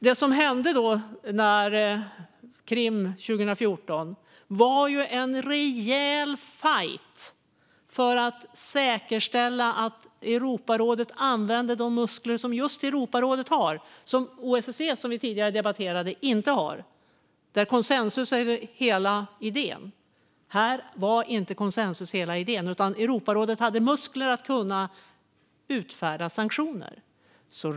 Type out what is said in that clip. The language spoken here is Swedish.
Det som hände kring Krim 2014 var en rejäl fajt för att säkerställa att Europarådet använde de muskler att utfärda sanktioner som just Europarådet har, muskler som OSSE inte har eftersom konsensus där är hela idén.